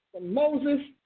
Moses